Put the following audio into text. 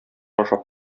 ашап